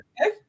okay